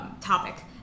topic